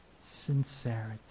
sincerity